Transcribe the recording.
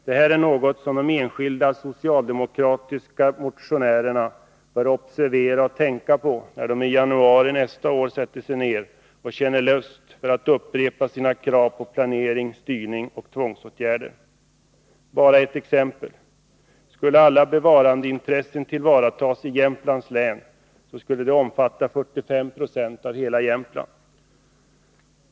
Det här är något som de enskilda socialdemokratiska motionärerna bör observera och tänka på när de i januari nästa år sätter sig ned och känner lust att upprepa sina krav på planering, styrning och tvångsåtgärder. Bara ett exempel: Skulle alla bevarandeintressen tillvaratas i Jämtlands län, så skulle det omfatta 45 20 av hela Jämtland.